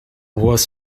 was